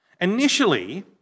Initially